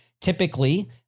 typically